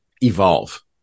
evolve